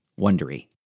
wondery